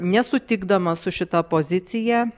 nesutikdamas su šita pozicija